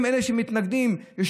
הם אלה שמתנגדים, משפט אחרון.